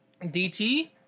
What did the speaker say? DT